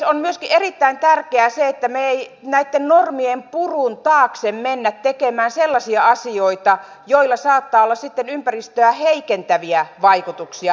on myöskin erittäin tärkeää se että me emme näitten normien purun taakse mene tekemään sellaisia asioita joilla saattaa olla sitten ympäristöä heikentäviä vaikutuksia